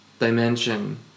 dimension